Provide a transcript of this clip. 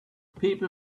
people